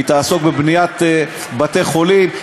היא תעסוק בבניית בתי-חולים,